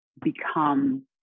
become